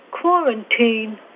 quarantine